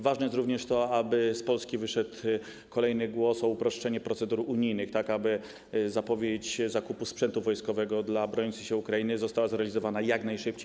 Ważne jest również to, aby z Polski wyszedł kolejny głos w sprawie uproszczenia procedur unijnych, tak aby zapowiedź zakupu sprzętu wojskowego dla broniącej się Ukrainy została zrealizowana jak najszybciej.